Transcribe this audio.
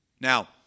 Now